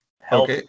Help